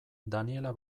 daniella